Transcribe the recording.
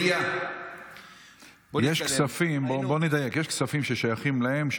בוא נדייק: יש כספים ששייכים להם,